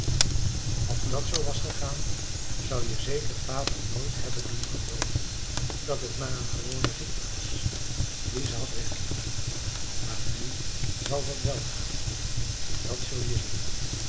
als dat zoo was gegaan zou je zeker vader nooit hebben doen gelooven dat het maar een gewone ziekte was die ze had weggenomen maar nu zal dat wel gaan dat zul je zien